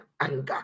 anger